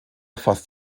fast